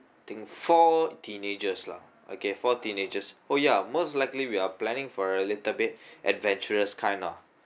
I think four teenagers lah okay four teenagers oh ya most likely we are planning for a little bit adventurous kind lah